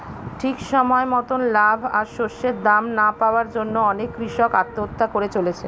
ঠিক সময় মতন লাভ আর শস্যের দাম না পাওয়ার জন্যে অনেক কূষক আত্মহত্যা করে চলেছে